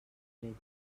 tretze